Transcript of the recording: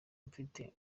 mfite